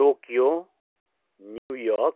Tokyo New York